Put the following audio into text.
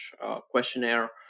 questionnaire